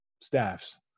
staffs